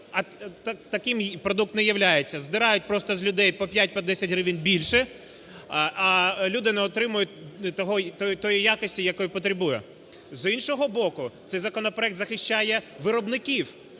таким продукт не являється. Здирають просто з людей по 5, по 10 гривень більше, а люди не отримують тої якості, якої потребують. З іншого боку, цей законопроект захищає виробників,